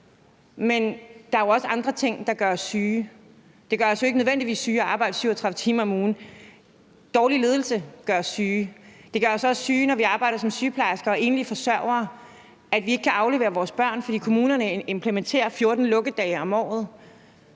men der er jo også andre ting, der gør os syge. Det gør os jo ikke nødvendigvis syge at arbejde 37 timer om ugen. Dårlig ledelse gør os syge. Det gør os også syge, når vi arbejder som sygeplejersker og enlige forsøgere og vi ikke kan aflevere vores børn, fordi kommunerne implementerer 14 lukkedage om året.